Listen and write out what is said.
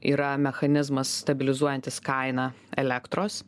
yra mechanizmas stabilizuojantis kainą elektros